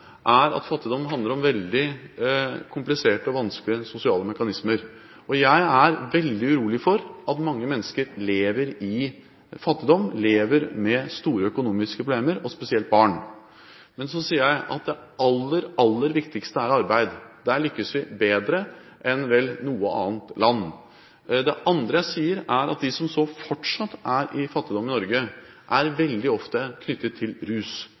er at fattigdom handler om veldig kompliserte og vanskelige sosiale mekanismer. Jeg er veldig urolig for at mange mennesker lever i fattigdom, lever med store økonomiske problemer – og spesielt barn. Men så sier jeg at det aller, aller viktigste er arbeid. Der lykkes vi vel bedre enn noe annet land. Det andre jeg sier, er at de som fortsatt er i fattigdom i Norge, er veldig ofte knyttet til rus.